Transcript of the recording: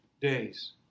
days